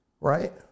right